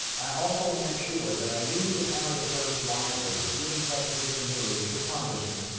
i also make sure that i use the power of the purse wisely that you've entrusted to me as your congressman.